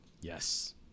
yes